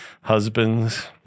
husbands